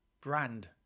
brand